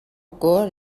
good